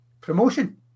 promotion